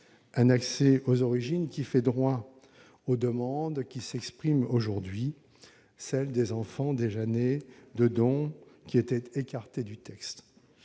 un accès aux origines qui fait droit aux demandes qui s'expriment aujourd'hui, c'est-à-dire celles des enfants déjà nés de dons, qui étaient écartées du texte